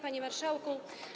Panie Marszałku!